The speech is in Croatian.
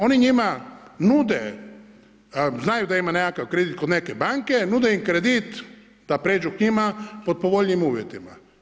Oni njima nude, znaju da ima nekakav kredit kod neke banke, nude im kredit da pređu k njima pod povoljnijim uvjetima.